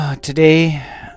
Today